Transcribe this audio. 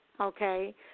okay